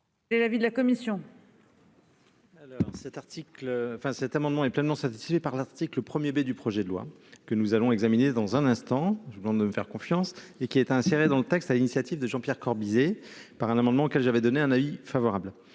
Quel est l'avis de la commission ?